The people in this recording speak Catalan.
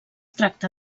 tracta